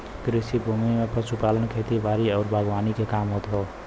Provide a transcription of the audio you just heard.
कृषि भूमि में पशुपालन, खेती बारी आउर बागवानी के काम होत हौ